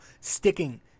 sticking